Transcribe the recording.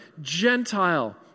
Gentile